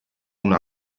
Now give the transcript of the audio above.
una